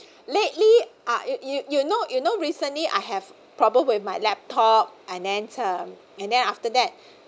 lately uh you you you know you know recently I have problem with my laptop and then um and then after that